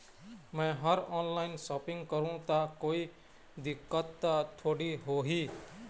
मैं हर online shopping करू ता कोई दिक्कत त थोड़ी होही?